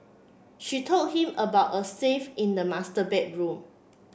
she told him about a safe in the master bedroom